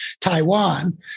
Taiwan